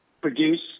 produce